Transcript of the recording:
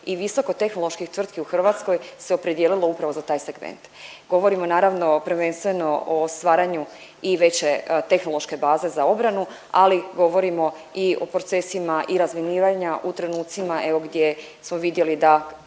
i visokotehnoloških tvrtki u Hrvatskoj se opredijelilo upravo za taj segment. Govorimo naravno prvenstveno o stvaranju i veće tehnološke baze za obranu, ali govorimo o procesima i razminiranja u trenucima evo gdje smo vidjeli da